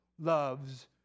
loves